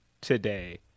today